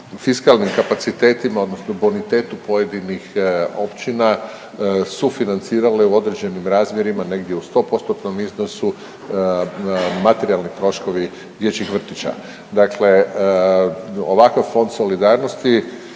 fiskalnim kapacitetima odnosno bonitetu pojedinih općina sufinancirale u određenim razmjerima negdje u 100%-tnom iznosu materijalni troškovi dječjih vrtića. Dakle, ovakav fond solidarnosti,